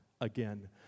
again